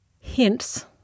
hints